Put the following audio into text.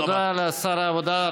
תודה לשר העבודה,